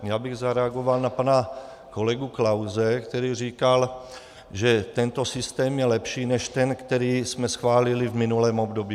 Já bych zareagoval na pana kolegu Klause, který říkal, že tento systém je lepší než ten, který jsme schválili v minulém období.